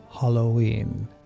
Halloween